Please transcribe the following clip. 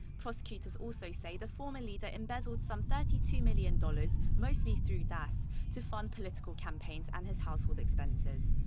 prosecutors also say the former leader embezzled some thirty two million dollars mostly through das to fund political campaigns and his household expenses.